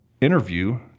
interview